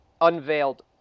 unveiled